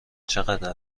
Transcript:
چقدر